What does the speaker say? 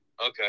okay